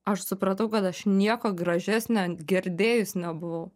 aš supratau kad aš nieko gražesnio girdėjus nebuvau